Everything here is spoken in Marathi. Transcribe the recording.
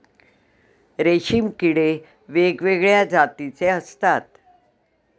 रेशीम किडे वेगवेगळ्या जातीचे असतात